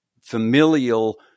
familial